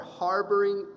harboring